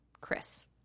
Chris